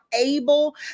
able